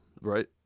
right